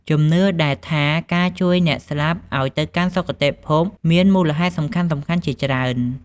ជំនឿដែលថាការជួយអ្នកស្លាប់ឲ្យទៅកាន់សុគតិភព មានមូលហេតុសំខាន់ៗជាច្រើន។